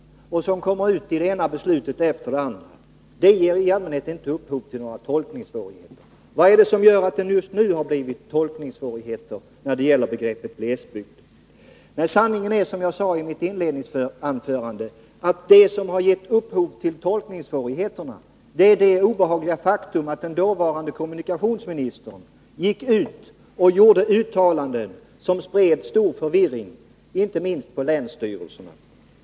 Begreppet förekommer också i det ena beslutet efter det andra. Det ger i allmänhet inte upphov till några tolkningssvårigheter. Varför skulle det just nu vara tolkningssvårigheter när det gäller begreppet glesbygd? Sanningen är, som jag sade i mitt inledningsanförande, att vad som har gett upphov till tolkningssvårigheter är det obehagliga faktum att den dåvarande kommunikationsministern gick ut med uttalanden som spred stor förvirring, inte minst på länsstyrelserna.